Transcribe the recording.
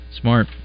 Smart